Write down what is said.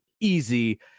easy